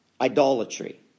Idolatry